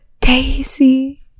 Daisy